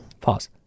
Pause